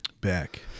Back